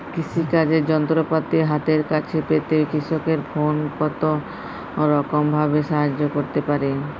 কৃষিকাজের যন্ত্রপাতি হাতের কাছে পেতে কৃষকের ফোন কত রকম ভাবে সাহায্য করতে পারে?